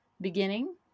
beginning